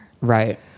Right